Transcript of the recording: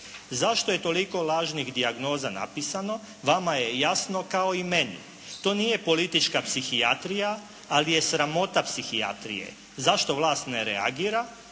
"Zašto je toliko lažnih dijagnoza napisano, vama je jasno kao i meni. To nije politička psihijatrija, ali je sramota psihijatrije. Zašto vlast ne reagira?